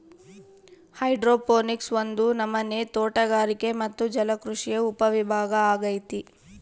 hydroponics ಒಂದು ನಮನೆ ತೋಟಗಾರಿಕೆ ಮತ್ತೆ ಜಲಕೃಷಿಯ ಉಪವಿಭಾಗ ಅಗೈತೆ